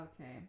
Okay